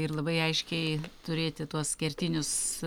ir labai aiškiai turėti tuos kertinius